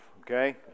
okay